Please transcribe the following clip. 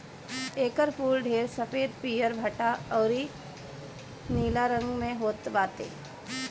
एकर फूल ढेर सफ़ेद, पियर, भंटा अउरी नीला रंग में होत बाटे